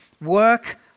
work